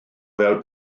fel